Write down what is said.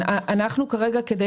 כמו